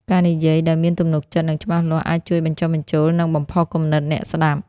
ការនិយាយដោយមានទំនុកចិត្ត និងច្បាស់លាស់ អាចជួយបញ្ចុះបញ្ចូល និងបំផុសគំនិតអ្នកស្តាប់។